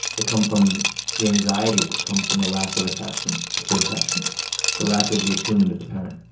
they come from the anxiety that comes from the lack of attachment secure attachment the lack of the attunement of the parent,